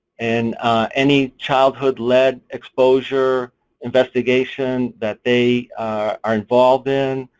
and any childhood lead exposure investigation that they are involved in,